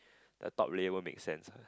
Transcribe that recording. the top layer won't make sense